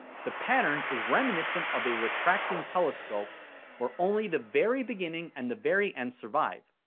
the pattern is reminiscent of a retracting telescope where only the very beginning and the very end survived.